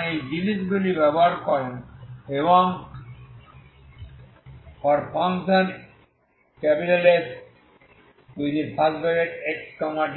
সুতরাং এই জিনিসগুলি ব্যবহার করুন এবং Sxt14α2πte x242t